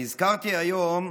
נזכרתי היום,